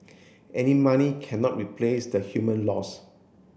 any money cannot replace the human loss